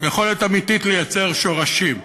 יכולת אמיתית לייצר שורשים,